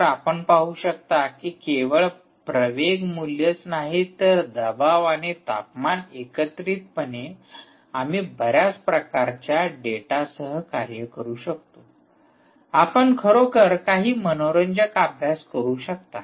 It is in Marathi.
तर आपण पाहू शकता की केवळ प्रवेग मूल्येच नाहीत तर दबाव आणि तापमान एकत्रितपणे आम्ही बऱ्याच प्रकारच्या डेटासह कार्य करू शकतो आपण खरोखर काही मनोरंजक अभ्यास करू शकता